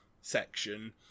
section